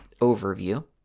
overview